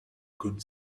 could